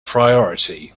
priority